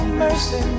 mercy